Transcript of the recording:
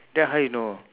then how you know